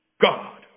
God